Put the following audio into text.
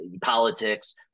politics